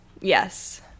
Yes